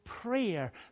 prayer